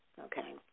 okay